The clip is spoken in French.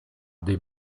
des